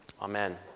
Amen